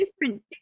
different